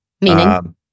Meaning